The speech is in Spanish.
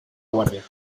guardia